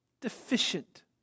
deficient